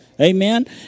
Amen